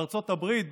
בארצות הברית,